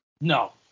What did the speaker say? No